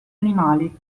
animali